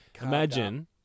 Imagine